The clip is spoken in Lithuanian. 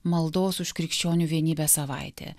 maldos už krikščionių vienybę savaitė